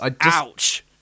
Ouch